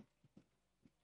תודה רבה.